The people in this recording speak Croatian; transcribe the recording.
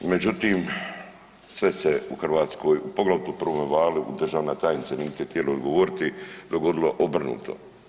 Međutim, sve se u Hrvatskoj, poglavito u prvome valu, državna tajnice niste htjeli odgovoriti, dogodilo obrnuto.